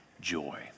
joy